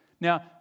Now